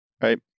right